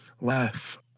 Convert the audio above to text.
laugh